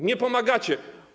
Nie pomagacie.